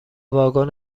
واگن